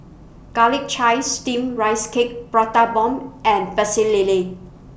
Garlic Chives Steamed Rice Cake Prata Bomb and Pecel Lele